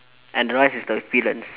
and rice is the villains